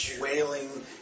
wailing